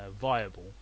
viable